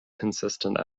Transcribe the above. consistent